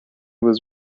was